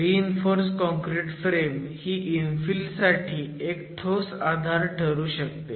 reinforce concrete frame ही infill साठी एक ठोस आधार ठरू शकते